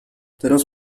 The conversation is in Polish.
teraz